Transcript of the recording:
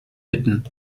bitten